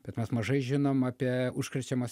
bet mes mažai žinom apie užkrečiamas